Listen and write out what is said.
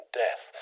death